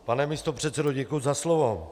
Pane místopředsedo, děkuji za slovo.